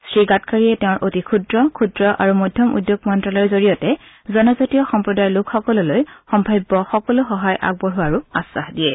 শ্ৰী গাডকাৰীয়ে তেওঁৰ অতি ক্ষুদ্ৰ ক্ষুদ্ৰ আৰু মধ্যম উদ্যোগ মন্ত্ৰালয়ৰ জৰিয়তে জনজাতীয় সম্প্ৰদায়ৰ লোকসকললৈ সম্ভাৱ্য সকলো সহায় আগবঢ়োৱাৰ আশ্বাস দিয়ে